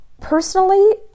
Personally